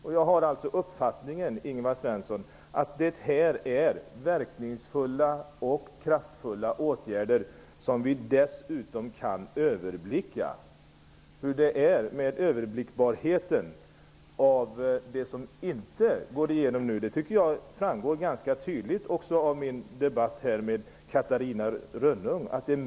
Jag har alltså uppfattningen, Ingvar Svensson, att det är verkningsfulla och kraftfulla åtgärder som vi dessutom kan överblicka. Hur det är med överblickbarheten i det som inte går igenom nu tycker jag framgår ganska tydligt av min debatt med Catarina Rönnung.